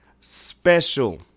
Special